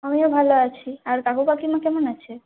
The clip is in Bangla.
আমিও ভালো আছি আর কাকু কাকিমা কেমন আছে